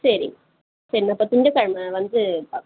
சரி சரி நான் அப்போ திங்ககிழமை வந்து பார்த்துக்குறேன்